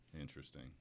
Interesting